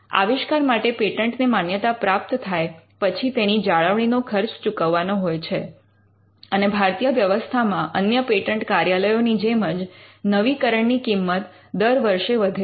આવિષ્કાર માટે પેટન્ટ ને માન્યતા પ્રાપ્ત થાય પછી તેની જાળવણીનો ખર્ચ ચૂકવવાનો હોય છે અને ભારતીય વ્યવસ્થામાં અન્ય પેટન્ટ કાર્યાલયો ની જેમ જ નવીકરણની કિંમત દર વર્ષે વધે છે